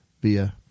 via